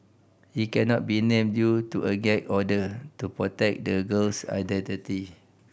he cannot be named due to a gag order to protect the girl's identity